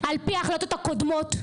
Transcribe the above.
על פי ההחלטות הקודמות?